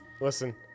Listen